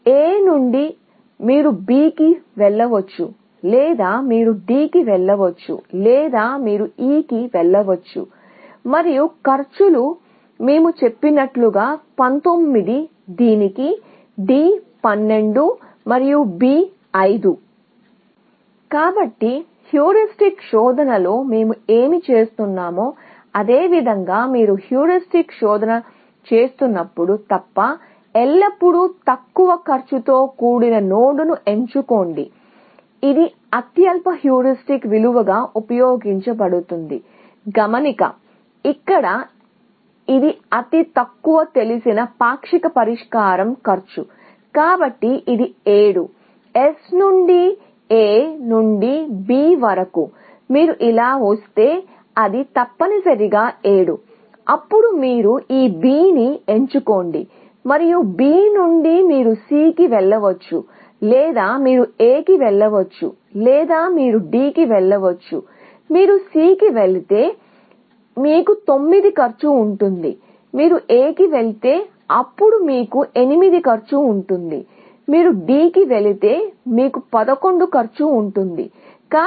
A నుండి మీరు B కి వెళ్ళవచ్చు లేదా మీరు D కి వెళ్ళవచ్చు లేదా మీరు E కి వెళ్ళవచ్చు మరియు మేము చెప్పినట్లుగా దీనికి కాస్ట్ 19 దీనికి D కి 12 మరియు B కి 7